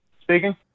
Speaking